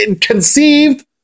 conceived